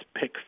pick